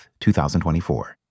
2024